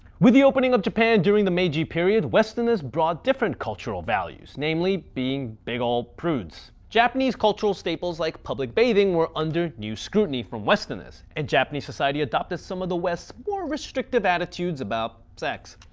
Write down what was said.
with the opening of japan during the meiji period, westerners brought different cultural values namely being big ol' prudes. japanese cultural staples like public bathing were under new scrutiny from westerners and japanese society adopted some of the west's more restrictive attitudes about sex.